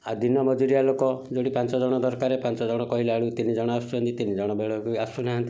ଆଉ ଦିନ ମଜୁରିଆ ଲୋକ ଯେଉଁଠି ପାଞ୍ଚ ଜଣ ଦରକାରେ ପାଞ୍ଚ ଜଣ କହିଲାବେଳକୁ ତିନି ଜଣ ଆସୁଛନ୍ତି ତିନି ଜଣ ବେଳକୁ ଆସୁନାହାନ୍ତି